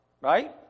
Right